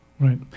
Right